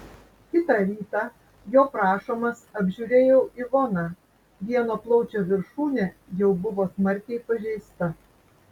kitą rytą jo prašomas apžiūrėjau ivoną vieno plaučio viršūnė jau buvo smarkiai pažeista